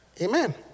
Amen